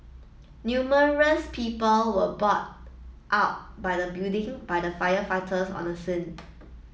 numerous people were brought out by the building by the firefighters on the scene